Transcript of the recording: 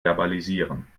verbalisieren